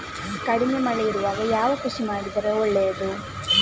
ಕಡಿಮೆ ಮಳೆ ಇರುವಾಗ ಯಾವ ಕೃಷಿ ಮಾಡಿದರೆ ಒಳ್ಳೆಯದು?